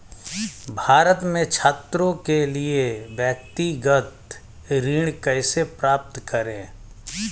भारत में छात्रों के लिए व्यक्तिगत ऋण कैसे प्राप्त करें?